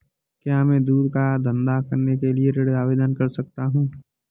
क्या मैं दूध का धंधा करने के लिए ऋण आवेदन कर सकता हूँ?